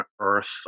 Earth